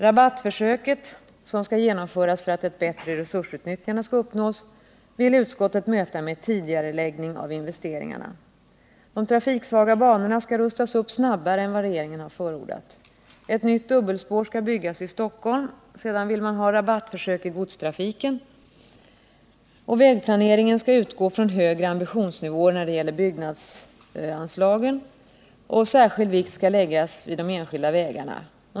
Rabattförsöket — som skall genomföras för att ett bättre resursutnyttjande skall uppnås — vill utskottet möta med tidigareläggning av investeringarna. De trafiksvaga banorna skall rustas upp snabbare än vad regeringen har förordat. Ett nytt dubbelspår skall byggas i Stockholm. Sedan vill man ha rabattförsök i godstrafiken. Vägplaneringen skall utgå från högre ambitionsnivåer när det gäller byggnadsanslagen. Särskild vikt skall läggas vid de enskilda vägarna.